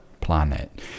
planet